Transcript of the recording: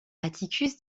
atticus